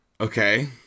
Okay